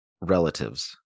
relatives